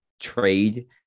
trade